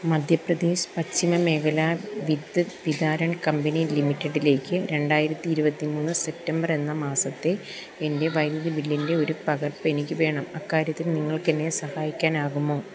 മധ്യപ്രദേശ് പശ്ചിമ മേഖല വിദ്യുത് വിതാരൺ കമ്പനി ലിമിറ്റഡിലേക്ക് രണ്ടായിരത്തി ഇരുപത്തി മൂന്ന് സെപ്റ്റംബർ എന്ന മാസത്തെ എൻ്റെ വൈദ്യുതി ബില്ലിൻ്റെ ഒരു പകർപ്പ് എനിക്ക് വേണം അക്കാര്യത്തിൽ നിങ്ങൾക്ക് എന്നെ സഹായിക്കാനാകുമോ